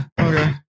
okay